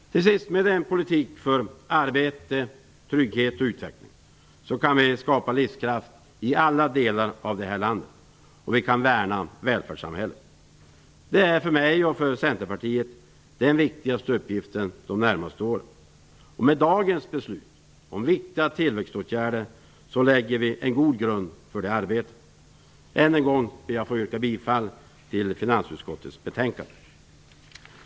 Med en politik för arbete, trygghet och utveckling kan vi skapa livskraft i alla delar av landet och värna välfärdssamhället. Det är för mig och Centerpartiet den viktigaste uppgiften de närmaste åren. Med dagens beslut om viktiga tillväxtåtgärder lägger vi en god grund för det arbetet. Jag ber att än en gång få yrka bifall till hemställan i finansutskottets betänkande.